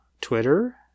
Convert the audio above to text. Twitter